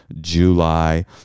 July